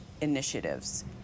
initiatives